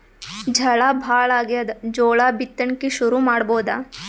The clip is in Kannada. ಝಳಾ ಭಾಳಾಗ್ಯಾದ, ಜೋಳ ಬಿತ್ತಣಿಕಿ ಶುರು ಮಾಡಬೋದ?